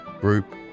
group